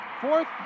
fourth